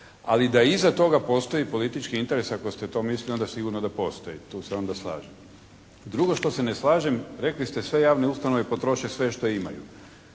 Ali da iza toga postoji politički interes, ako ste to mislili, onda sigurno da postoji. Tu se onda slažem. Drugo što se ne slažem rekli ste: «Sve javne ustanove potroše sve što imaju.»